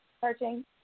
Searching